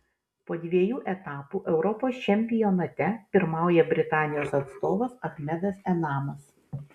po dviejų etapų europos čempionate pirmauja britanijos atstovas achmedas enamas